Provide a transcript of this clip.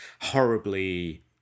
horribly